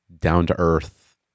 down-to-earth